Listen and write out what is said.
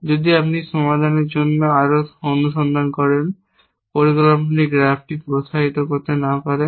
যদি আপনি সমাধানের জন্য আরও অনুসন্ধান করে পরিকল্পনার গ্রাফটি প্রসারিত করতে না পারেন